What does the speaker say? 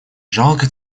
жалко